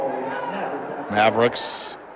Mavericks